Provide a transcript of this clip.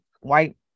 white